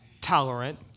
tolerant